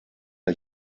der